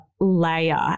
layer